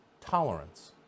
tolerance